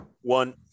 One